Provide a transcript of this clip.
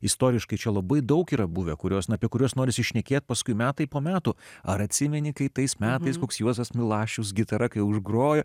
istoriškai čia labai daug yra buvę kurios apie kuriuos norisi šnekėti paskui metai po metų ar atsimeni kai tais metais koks juozas milašius gitara kai užgrojo